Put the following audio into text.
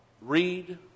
read